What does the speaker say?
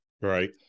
Right